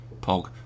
Pog